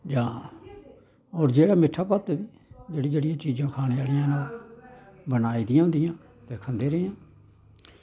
जां होर मिट्ठा भत्त जेह्ड़ी जेह्ड़ी चीजां खाने आह्लियां ओह् बनाई दियां होंदियां ते खंद्धे रेह् आं